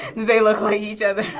they look like each other.